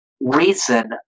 reason